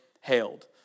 hailed